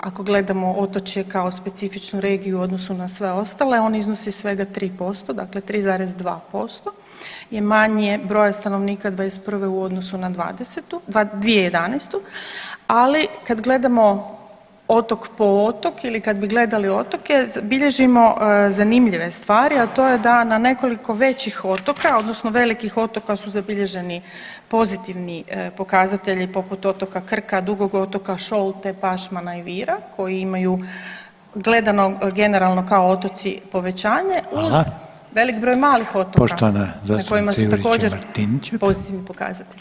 ako gledamo otočje kao specifičnu regiju u odnosu na sve ostale on iznosi svega 3% dakle 3,2% je manje broja stanovnika '21. u odnosu na 2011., ali kad gledamo otok po otok ili kad bi gledali otoke bilježimo zanimljive stvari, a to je da na nekoliko većih otoka odnosno velikih otoka su zabilježeni pozitivni pokazatelji poput otoka Krka, Dugog otoka, Šolte, Pašmana i Vira koji imaju gledano generalno kao otoci povećanje [[Upadica Reiner: Hvala.]] uz velik broj malih otoka na kojima su također pozitivni pokazatelji.